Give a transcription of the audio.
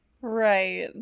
Right